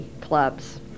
clubs